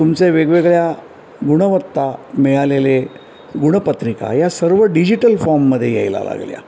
तुमचे वेगवेगळ्या गुणवत्ता मिळालेले गुणपत्रिका या सर्व डिजिटल फॉर्ममध्ये यायला लागल्या